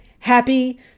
Happy